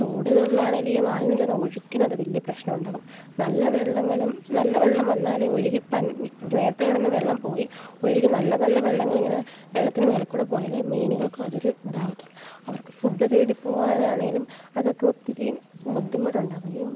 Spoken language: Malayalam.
തോടുകളിലാണേല് ഈ മാലിന്യം ചെന്നു ഒഴുക്കിനതു വലിയ പ്രശ്നം ഉണ്ടാക്കും നല്ല വെള്ളങ്ങളും നല്ല വെള്ളം വന്നാലേ ഒഴുകി ഇപ്പം നേരത്തേ കിടന്ന വെള്ളം പോയി ഒഴുകി നല്ല നല്ല വെള്ളങ്ങളിങ്ങനെ വെള്ളത്തിനു മുകളിൽക്കൂടി പോയാലെ മീനുകള്ക്കും അതൊരു ഇതാകത്തുള്ളു അവര്ക്കു ഫുഡ് തേടി പോകാനാണെങ്കിലും അതൊക്കെ ഒത്തിരി ബുദ്ധിമുട്ടുണ്ടാകുകയും